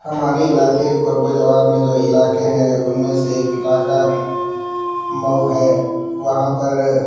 ہمارے علاقے قرب و جوار میں جو علاقے ہیں ان میں سے ایک علاقہ مئو ہے وہاں پر